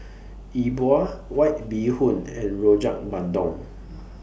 E Bua White Bee Hoon and Rojak Bandung